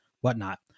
whatnot